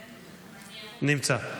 נמצא.